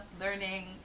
learning